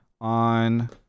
on